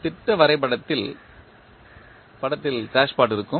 திட்ட வரைபடத்தில் படத்தில் டாஷ்பாட் இருக்கும்